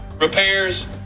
repairs